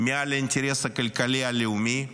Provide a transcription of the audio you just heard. מעל לאינטרס הכלכלי הלאומי,